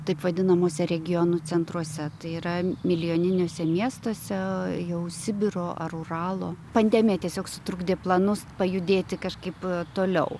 taip vadinamuose regionų centruose tai yra milijoniniuose miestuose jau sibiro ar uralo pandemija tiesiog sutrukdė planus pajudėti kažkaip toliau